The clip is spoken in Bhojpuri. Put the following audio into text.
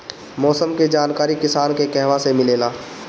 मौसम के जानकारी किसान के कहवा से मिलेला?